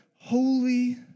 Holy